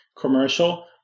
commercial